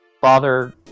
father